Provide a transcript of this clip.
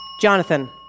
Jonathan